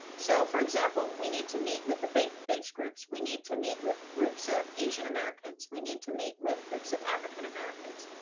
so for example, we need to meet with the faith based groups, we need to meet with groups of asian americans, we need to meet with groups of african americans.